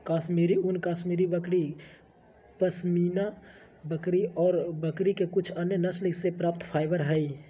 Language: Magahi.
कश्मीरी ऊन, कश्मीरी बकरी, पश्मीना बकरी ऑर बकरी के कुछ अन्य नस्ल से प्राप्त फाइबर हई